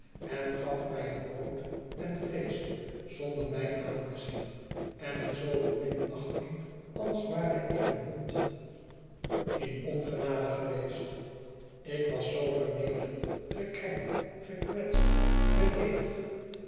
en gaf mij het brood en vleesch zonder mij aan te zien en met zooveel minachting als ware ik een hond in ongenade geweest ik was zoo vernederd gekrenkt